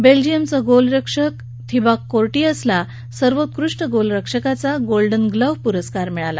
बलिजयमचा गोलरक्षक थिबा कोर्टीअसला सर्वोत्कृष्ट गोलरक्षकाचा गोल्डन ग्लोव्ह प्रस्कार मिळाला